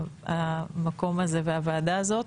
המקום הזה והוועדה הזאת